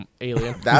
alien